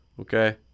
Okay